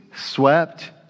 swept